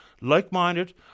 like-minded